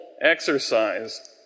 exercise